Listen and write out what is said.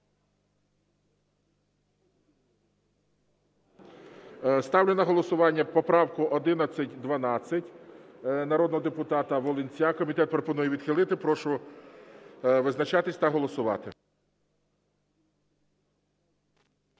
Ставлю на голосування поправку 1112 народного депутата Волинця. Комітет пропонує відхилити. Прошу визначатись та голосувати.